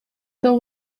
dans